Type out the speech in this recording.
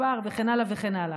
מספר וכן הלאה וכן הלאה.